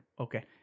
okay